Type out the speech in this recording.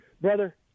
brother